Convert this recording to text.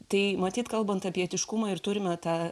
tai matyt kalbant apie etiškumą ir turime tą